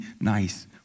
nice